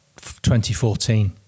2014